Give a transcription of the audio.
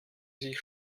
sich